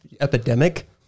epidemic